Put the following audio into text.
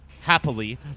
happily